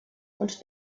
und